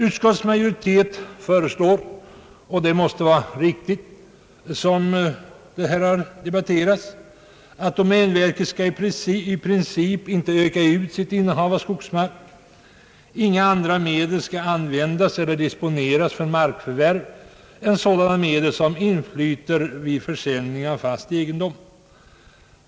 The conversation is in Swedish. Utskottets majoritet föreslår — och det måste vara riktigt att döma av debattens gång — att domänverket i princip inte skall öka ut sitt innehav av skogsmark. Inga andra medel skall användas eller disponeras för markförvärv utom sådana medel som inflyter vid försäljning av fast egendom.